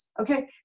Okay